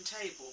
table